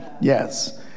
Yes